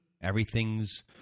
Everything's